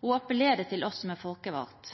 Hun appellerer til oss som er folkevalgte: